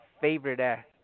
favorite